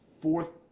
fourth